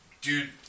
Dude